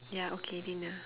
ya okay dinner